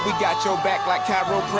got your back like